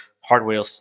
hardware